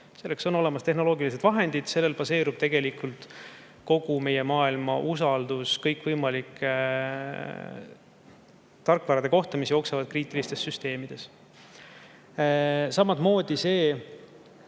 Selleks on olemas tehnoloogilised vahendid, sellel baseerub tegelikult kogu meie maailma usaldus kõikvõimalike tarkvarade vastu, mis jooksevad kriitilistes süsteemides. Samamoodi see,